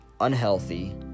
unhealthy